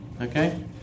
okay